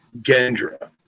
Gendra